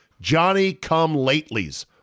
Johnny-come-latelys